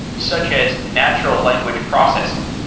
such as natural language processing.